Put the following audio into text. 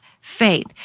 faith